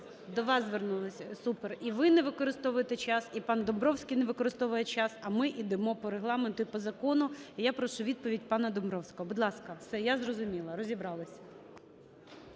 До вас звернулися – супер. І ви не використовуєте час, і пан Домбровський не використовує час, а ми йдемо по Регламенту і по закону. І я прошу відповідь пана Домбровського, будь ласка. Все, я зрозуміла, розібралися.